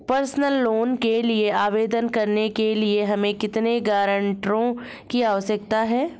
Personal loan के लिए आवेदन करने के लिए हमें कितने गारंटरों की आवश्यकता है?